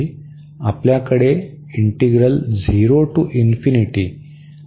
आपल्याकडे आहे